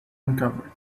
uncovered